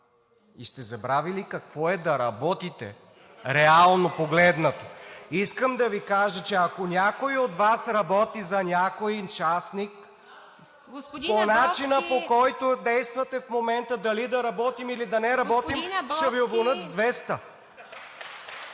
и сте забравили какво е да работите реално погледнато. Искам да Ви кажа, че ако някой от вас работи за някой частник по начина, по който действате в момента – дали да работим, или да не работим – ще Ви уволнят с 200.